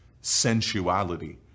sensuality